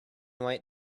white